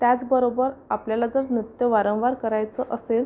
त्याचबरोबर आपल्याला जर नृत्य वारंवार करायचं असेल